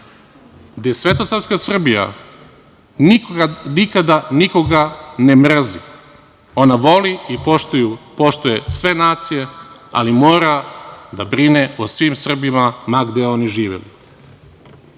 je svetosavska Srbija nikada nikoga ne mrzi, ona voli poštuje sve nacije, ali mora da brine o svim Srbima ma gde oni živeli. Ono